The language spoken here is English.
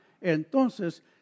entonces